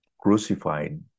crucified